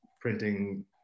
printing